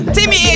Timmy